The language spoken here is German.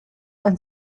ein